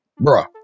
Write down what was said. bruh